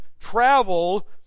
travel